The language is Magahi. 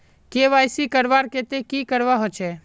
के.वाई.सी करवार केते की करवा होचए?